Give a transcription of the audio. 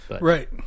Right